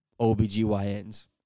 OBGYNs